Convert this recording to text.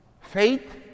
Faith